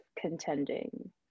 contending